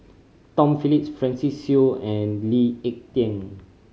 Tom Phillips Francis Seow and Lee Ek Tieng